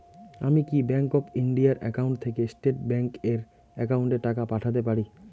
আমি কি bank of India এর একাউন্ট থেকে স্টেট ব্যাংক এর একাউন্টে টাকা পাঠাতে পারি?